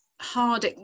hard